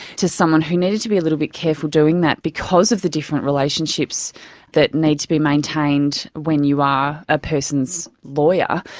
to someone who needed to be a little bit careful doing that because of the different relationships that need to be maintained when you are a person's lawyer.